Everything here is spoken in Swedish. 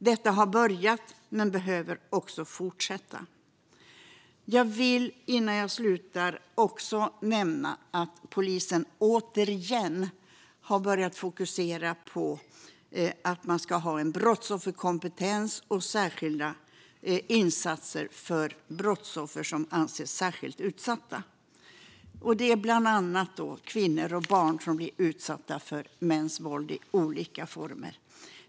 Det har börjat, men det behöver fortsätta. Innan jag slutar vill jag nämna att polisen återigen har börjat fokusera på att ha brottsofferkompetens och särskilda insatser för brottsoffer som anses särskilt utsatta. Det är bland andra kvinnor och barn som blivit utsatta för mäns våld i olika former.